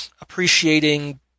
Appreciating